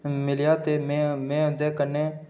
मिलेआ ते में उंदे कन्नै